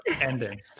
ending